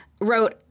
wrote